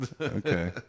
Okay